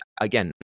again